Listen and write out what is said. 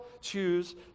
choose